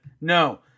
No